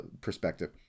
perspective